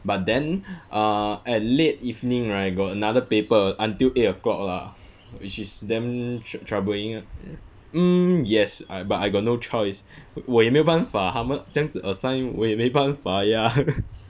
but then uh at late evening right got another paper until eight o'clock lah which is damn troub~ troubling um yes I but I got no choice 我也没办法他们这样子 assign 我也没办法呀